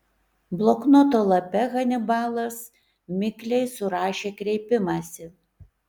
bloknoto lape hanibalas mikliai surašė kreipimąsi